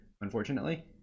unfortunately